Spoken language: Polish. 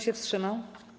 się wstrzymał?